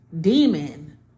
demon